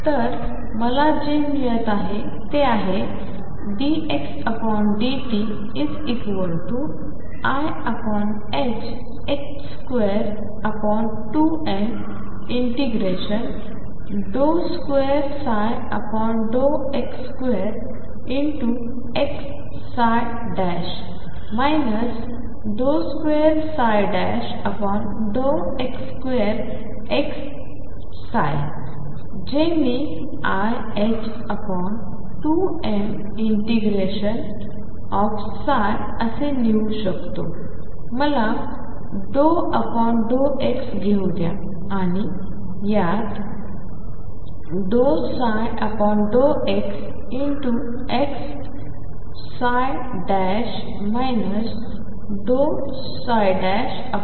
तर मला जे मिळत आहे ते आहे ddt⟨x⟩i22m ∫2x2x 2x2xψ जे मी iℏ2m∫∫of असे लिहू शकतो मला ∂xघेऊ द्या आणि आत ∂ψ∂xx ∂xxψdx हि पहिली टर्म